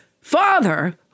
father